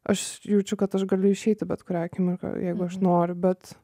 aš jaučiu kad aš galiu išeiti bet kurią akimirką jeigu aš noriu bet